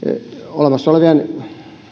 olemassa olevien